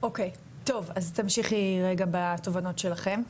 אוקי, טוב, אז תמשיכי רגע בתובנות שלכם.